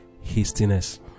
hastiness